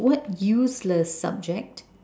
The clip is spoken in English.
what useless subject